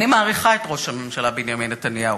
אני מעריכה את ראש הממשלה בנימין נתניהו,